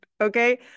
Okay